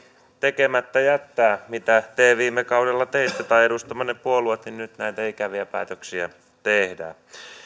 tekemättä jättää mitä te viime kaudella teitte tai edustamanne puolue niin nyt näitä ikäviä päätöksiä tehdään